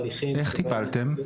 איך טיפלתם?